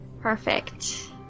Perfect